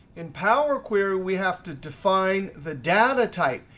in power query, we have to define the data type.